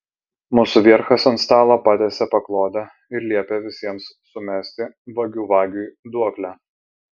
mūsų vierchas ant stalo patiesė paklodę ir liepė visiems sumesti vagių vagiui duoklę